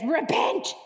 repent